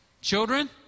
Children